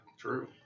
True